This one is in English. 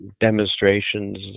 demonstrations